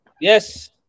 Yes